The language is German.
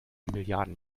milliarden